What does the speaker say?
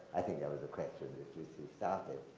i think that was a question which you started.